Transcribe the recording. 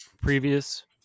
previous